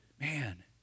man